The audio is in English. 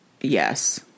Yes